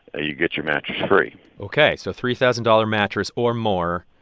you get your mattress free ok, so three thousand dollars mattress or more,